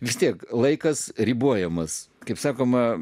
vis tiek laikas ribojamas kaip sakoma